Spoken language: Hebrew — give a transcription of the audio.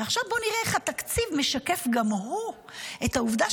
ועכשיו בוא נראה איך התקציב משקף גם הוא את העובדה